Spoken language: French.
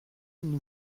nous